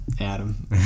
Adam